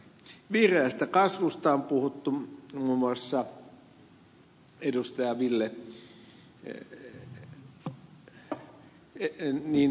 vihreästä kasvusta on puhuttu muun muassa ed